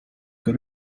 got